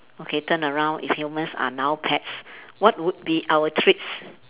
okay turn around if humans are now pets what would be our treats